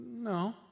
no